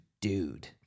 dude